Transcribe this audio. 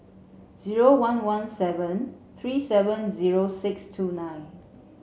zero one one seven three seven zero six two nine